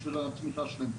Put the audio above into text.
בשביל התמיכה שלהם,